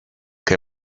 que